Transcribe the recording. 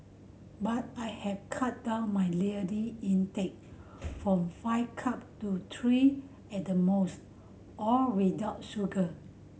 but I have cut down my intake from five cup to three at the most all without sugar